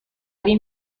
این